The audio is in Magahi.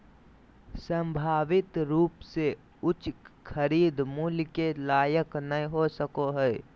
संभावित रूप से उच्च खरीद मूल्य के लायक नय हो सको हइ